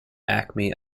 acme